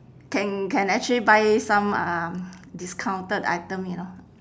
can can actually buy some um discounted item you know